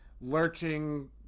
lurching